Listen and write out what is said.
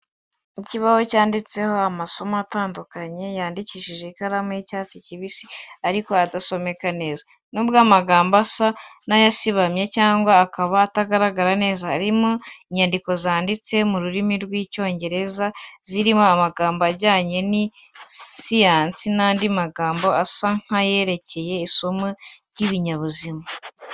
Ikibaho cyanditseho amasomo atandukanye yandikishije ikaramu y'icyatsi kibisi ariko adasomeka neza. Nubwo amagambo asa n'ayasibamye cyangwa akaba atagaragara neza, harimo inyandiko zanditse mu rurimi rw’Icyongereza, zirimo amagambo ajyanye na siyansi n’andi magambo asa nk’ayerekeye isomo ry’ibinyabuzima.